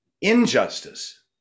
Injustice